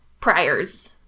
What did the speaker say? Priors